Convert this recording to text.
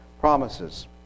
promises